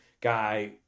guy